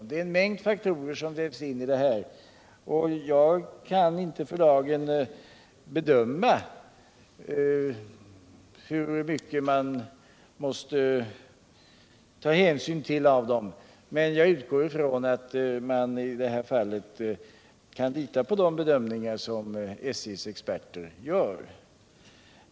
Det är en mängd faktorer som vävs in i bilden, och jag kan inte för dagen bedöma hur mycket hänsyn man måste ta till dem, men jag utgår från att man i det här fallet kan lita på de bedömningar som SJ:s experter gör.